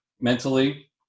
mentally